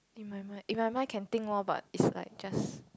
in my mind in my mind can think orh but is like just